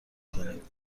کنید